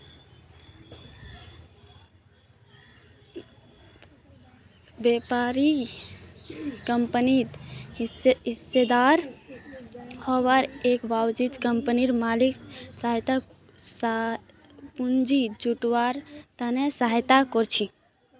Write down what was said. व्यापारी कंपनित हिस्सेदार हबार एवजत कंपनीर मालिकक स्वाधिकृत पूंजी जुटव्वार त न सहायता कर छेक